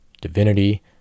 divinity